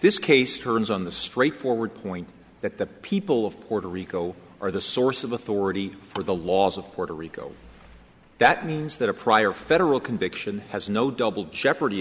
this case turns on the straightforward point that the people of puerto rico are the source of authority for the laws of puerto rico that means that a prior federal conviction has no double jeopardy